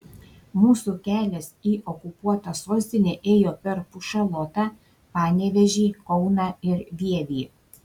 mūsų kelias į okupuotą sostinę ėjo per pušalotą panevėžį kauną ir vievį